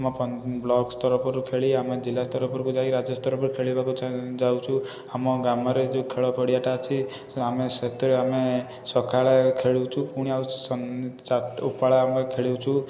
ଆମ ବ୍ଲକସ୍ତର ତରଫରୁ ଖେଳି ଆମେ ଜିଲ୍ଲାସ୍ତର ଯାଇ ରାଜ୍ୟସ୍ତର ଖେଳିବାକୁ ଯାଉଛୁ ଆମ ଗ୍ରାମରେ ଯେଉଁ ଖେଳ ପଡ଼ିଆଟା ଅଛି ଆମେ ସେତେବେଳେ ଆମେ ସକାଳେ ଖେଳୁଛୁ ପୁଣି ଆଉ ଚାରିଟା ଓପର ବେଳା ଆମେ ଖେଳୁଛୁ